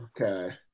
Okay